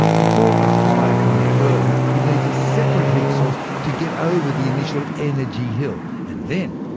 before a fire can burn, it needs a separate heat source to get over the initial energy hill, and then,